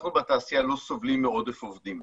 אנחנו בתעשייה לא סובלים מעודף עובדים.